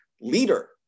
leader